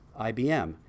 IBM